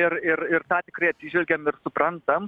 ir ir į tą tikrai atsižvelgiam ir suprantam